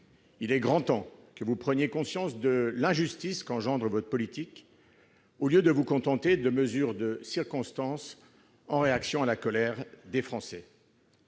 Il est grand temps que vous preniez conscience de l'injustice qu'engendre votre politique, au lieu de vous contenter de mesures de circonstance en réaction à la colère des Français.